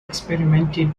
experimented